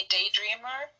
Daydreamer